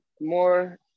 more